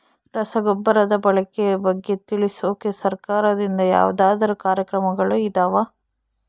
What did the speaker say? ರಸಗೊಬ್ಬರದ ಬಳಕೆ ಬಗ್ಗೆ ತಿಳಿಸೊಕೆ ಸರಕಾರದಿಂದ ಯಾವದಾದ್ರು ಕಾರ್ಯಕ್ರಮಗಳು ಇದಾವ?